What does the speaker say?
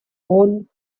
own